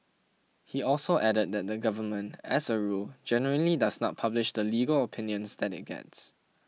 he also added that the government as a rule generally does not publish the legal opinions that it gets